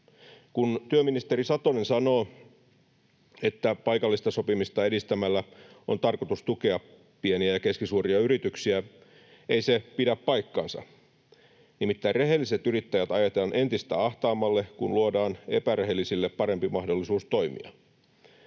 Kun työministeri Satonen sanoo, että paikallista sopimista edistämällä on tarkoitus tukea pieniä ja keskisuuria yrityksiä, ei se pidä paikkaansa. Nimittäin rehelliset yrittäjät ajetaan entistä ahtaammalle, kun luodaan epärehellisille parempi mahdollisuus toimia.